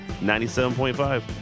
97.5